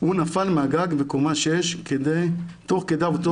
הוא נפל מהגג בקומה שש תוך כדי עבודתו.